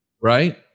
Right